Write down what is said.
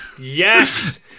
Yes